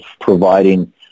providing